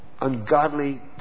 ungodly